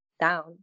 down